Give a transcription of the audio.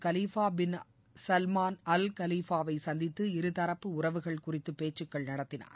கலீஃபா பிள் Salman Al Khalifa வை சந்தித்து இருதாப்பு உறவுகள் குறித்து பேச்சு நடத்தினார்